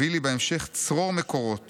הביא לי בהמשך צרור מקורות